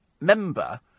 member